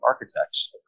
architects